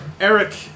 Eric